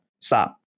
Stop